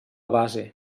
base